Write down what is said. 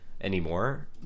anymore